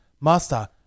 Master